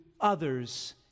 others